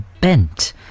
Bent